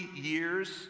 years